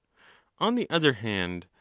on the other hand,